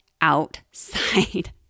outside